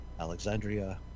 Alexandria